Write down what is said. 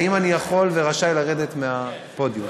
האם אני יכול ורשאי לרדת מהפודיום?